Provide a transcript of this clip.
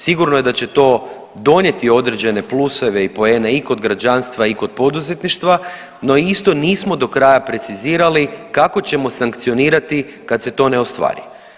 Sigurno je da će to donijeti određene pluseve i poene i kod građanstva i kod poduzetništva, no isto nismo isto do kraja precizirali kako ćemo sankcionirati kad se to ne ostvari.